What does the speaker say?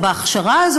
או בהכשרה הזאת,